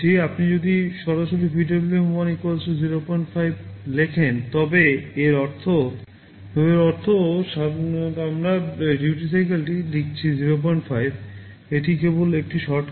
আপনি যদি সরাসরি PWM1 05 লেখেন তবে এর অর্থ আসলে আমরা ডিউটি সাইকেলটি লিখছি 05 এটি কেবল একটি শর্টকাট